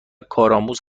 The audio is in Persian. کارآموز